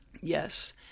Yes